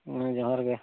ᱦᱩᱸ ᱡᱚᱦᱟᱨ ᱜᱮ